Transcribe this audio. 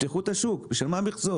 תפתחו את השוק, בשביל מהמכסות?